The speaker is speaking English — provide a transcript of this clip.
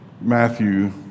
Matthew